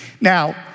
Now